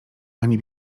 ani